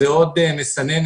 זה עוד מסננת